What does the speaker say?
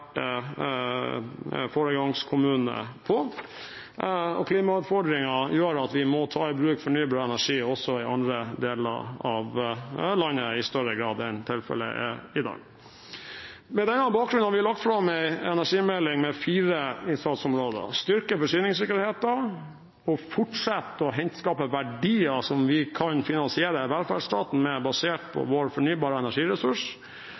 gjør at vi må ta i bruk fornybar energi også i andre deler av landet i større grad enn tilfellet er i dag. På denne bakgrunn har vi lagt fram en energimelding med fire innsatsområder: styrket forsyningssikkerhet å fortsette å skape verdier som vi kan finansiere velferdsstaten med, basert på vår fornybare energiressurs